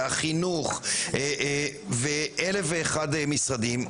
משרד החינוך ואלף ואחד משרדים.